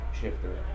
shifter